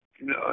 No